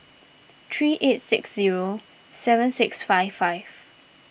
three eight six zero seven six five five